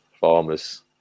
farmers